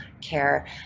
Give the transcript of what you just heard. care